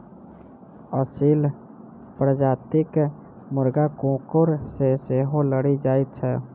असील प्रजातिक मुर्गा कुकुर सॅ सेहो लड़ि जाइत छै